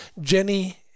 Jenny